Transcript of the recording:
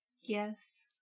Yes